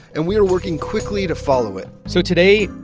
and we are working quickly to follow it so today,